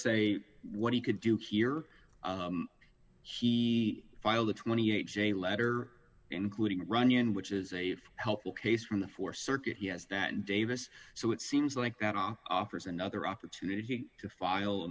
say what he could do here he filed the twenty eight dollars j letter including runyan which is a helpful case from the four circuit he has that davis so it seems like that all offers another opportunity to file a